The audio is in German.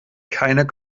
keiner